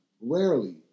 Rarely